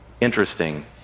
Interesting